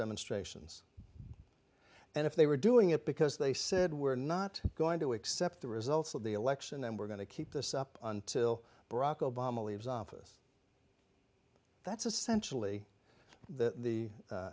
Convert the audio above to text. demonstrations and if they were doing it because they said we're not going to accept the results of the election then we're going to keep this up until barack obama leaves office that's essentially the